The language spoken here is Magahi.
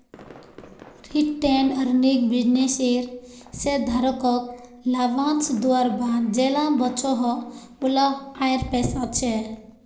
रिटेंड अर्निंग बिज्नेसेर शेयरधारकोक लाभांस दुआर बाद जेला बचोहो उला आएर पैसा छे